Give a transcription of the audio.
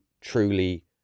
truly